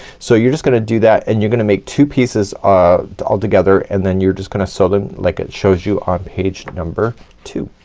so you're just gonna do that and you're gonna make two pieces ah all together and then you're just gonna sew them like it shows you on page number two.